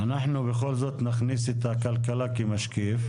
אנחנו בכל זאת נכניס את הכלכלה כמשקיף.